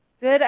Good